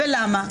ולמה?